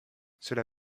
cela